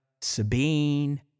Sabine